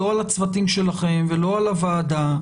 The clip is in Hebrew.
לא על הצוותים שלכם ולא על הוועדה.